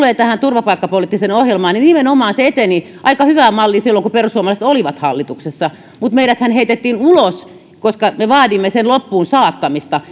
tulee tähän turvapaikkapoliittiseen ohjelmaan niin nimenomaan se eteni aika hyvään malliin silloin kun perussuomalaiset olivat hallituksessa mutta meidäthän heitettiin ulos koska me vaadimme sen loppuunsaattamista